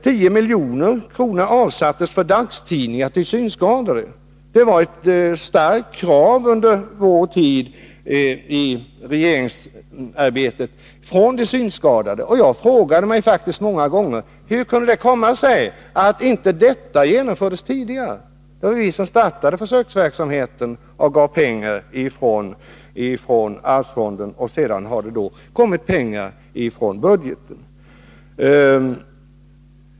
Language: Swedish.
10 milj.kr. avsattes för dagstidningar till synskadade. Det var ett starkt krav från de synskadade under vår tid i regeringsarbetet, och jag frågade mig faktiskt många gånger: Hur kan det komma sig att inte detta genomförts tidigare? Det var vi som startade försöksverksamheten och gav pengar från arvsfonden, och sedan har det kommit pengar från budgeten.